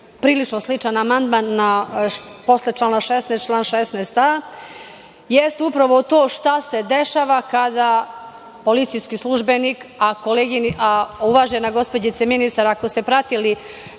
prilično sličan amandman, posle člana 16. član 16a, jeste upravo to šta se dešava kada policijski službenik, a uvažena gospođice ministar, ako ste pratili